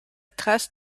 trace